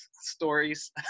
stories